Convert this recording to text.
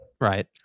Right